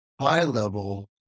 high-level